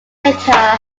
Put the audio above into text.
letter